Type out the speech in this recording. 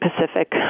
Pacific